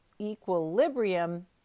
equilibrium